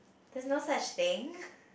there's no such thing